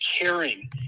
caring